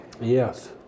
Yes